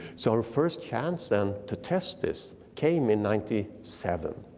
so our first chance then to test this came in ninety seven,